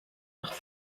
nach